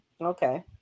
okay